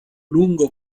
lungo